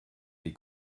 les